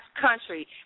country